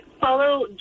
follow